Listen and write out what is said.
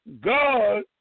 God